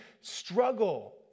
struggle